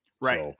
Right